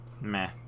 Meh